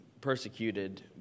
persecuted